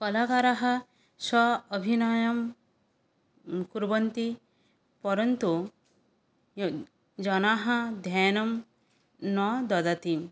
कलाकारः स्व अभिनयं कुर्वन्ति परन्तु जनाः ध्यानं न ददाति